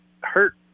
hurt